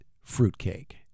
fruitcake